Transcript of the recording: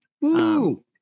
Woo